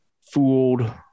fooled